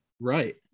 Right